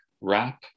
wrap